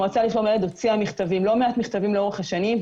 המועצה לשלום הילד הוציאה לא מעט מכתבים לאורך השנים,